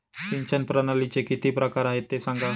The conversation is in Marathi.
सिंचन प्रणालीचे किती प्रकार आहे ते सांगा